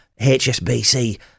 HSBC